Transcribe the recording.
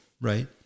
Right